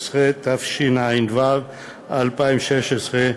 13), התשע"ו 2016,